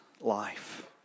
life